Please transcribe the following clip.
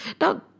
Now